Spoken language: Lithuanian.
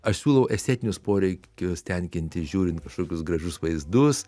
aš siūlau estetinius poreikius tenkinti žiūrint kažkokius gražius vaizdus